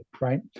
right